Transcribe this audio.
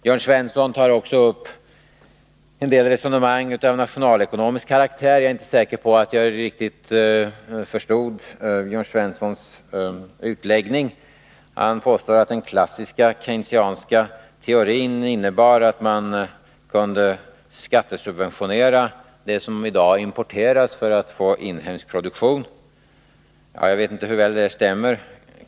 Jörn Svensson tar också upp en del resonemang av nationalekonomisk karaktär. Jag är inte riktigt säker på att jag förstod Jörn Svenssons utläggning. Han påstår att den klassiska Keynesianska teorin innebar att man kunde skattesubventionera det som i dag importeras för att få en inhemsk produktion. Jag vet inte hur väl det stämmer.